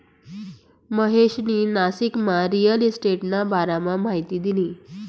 महेशनी नाशिकमा रिअल इशटेटना बारामा माहिती दिनी